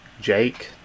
Jake